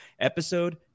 episode